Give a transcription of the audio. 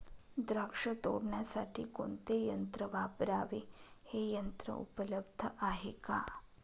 द्राक्ष तोडण्यासाठी कोणते यंत्र वापरावे? हे यंत्र उपलब्ध आहे का?